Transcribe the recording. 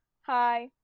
hi